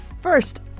First